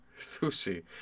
sushi